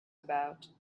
about